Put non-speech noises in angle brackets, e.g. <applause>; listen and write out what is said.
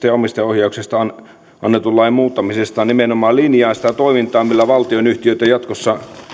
<unintelligible> ja omistajaohjauksesta annetun lain muuttamisesta nimenomaan linjaa sitä toimintaa millä valtionyhtiöitä jatkossa